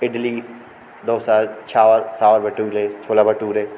इडली डोसा सांभर भटूले छोला भटूरे